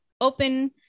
open